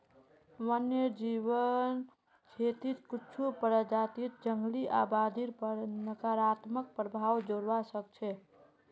वन्यजीव खेतीक कुछू प्रजातियक जंगली आबादीर पर नकारात्मक प्रभाव पोड़वा स ख छ